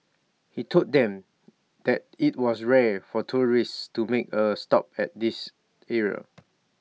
he told them that IT was rare for tourists to make A stop at this area